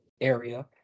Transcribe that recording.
area